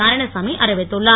நாராயணசாமி அறிவித்துள்ளார்